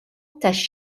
tax